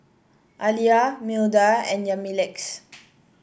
Aleah Milda and Yamilex